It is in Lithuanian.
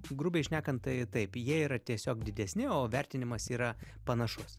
grubiai šnekant tai taip jie yra tiesiog didesni o vertinimas yra panašus